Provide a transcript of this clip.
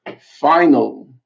final